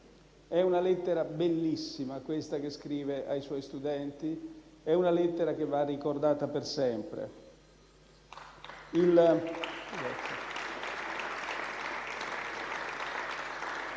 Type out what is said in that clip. È una lettera bellissima quella che scrive ai suoi studenti e va ricordata per sempre.